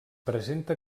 presenta